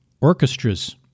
Orchestras